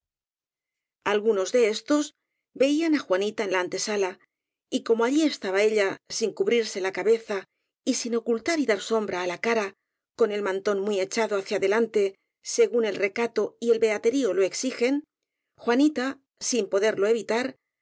algunos de éstos veían á juanita en la antesala y como allí estaba ella sin cubrirse la cabeza y sin ocultar y dar sombra á la cara con el mantón muy echado hacia adelante según el recato y el beaterío lo exigen juanita sin poderlo evitar